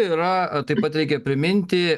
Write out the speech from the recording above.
yra taip pat reikia priminti